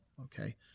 Okay